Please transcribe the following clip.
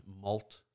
malt